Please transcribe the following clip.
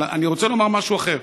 אבל אני רוצה לומר משהו אחר.